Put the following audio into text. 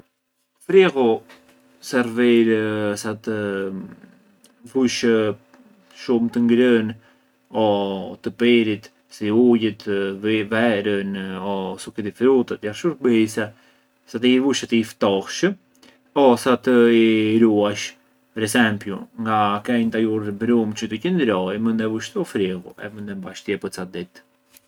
Frighu servir sa të vush shumë të ngrënëa o të pirit si ujët, v- verën, succhi di frutta, tjerë shurbise sa të i vush e të i ftohsh o sa të i ruash, per esempio na ke një tajur brum çë të qëndroi mënd e vush te u frighu e mënd e mbash ktie pë no parë ditë.